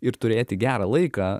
ir turėti gerą laiką